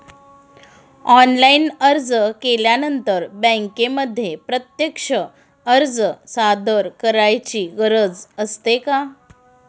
Online अर्ज केल्यानंतर बँकेमध्ये प्रत्यक्ष अर्ज सादर करायची गरज असते का?